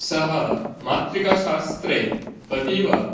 सः मातृका शास्त्रे अतीव